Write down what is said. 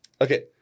Okay